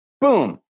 boom